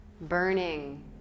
burning